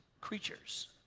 creatures